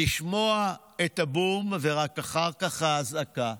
לשמוע את הבום ורק אחר כך את האזעקה,